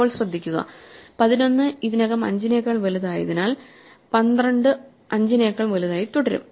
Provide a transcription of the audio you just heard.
ഇപ്പോൾ ശ്രദ്ധിക്കുക 11 ഇതിനകം 5 നെക്കാൾ വലുതായതിനാൽ 12 5 നെക്കാൾ വലുതായി തുടരും